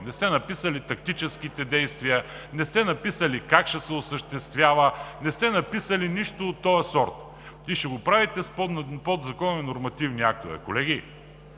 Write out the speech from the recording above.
не сте написали тактическите действия, не сте написали как ще се осъществява, не сте написали нищо от този сорт и ще го правите с подзаконови нормативни актове. Колеги,